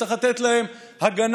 צריך לתת להם הגנה.